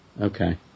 Okay